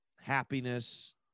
happiness